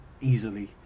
easily